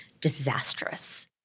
disastrous